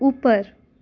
ऊपर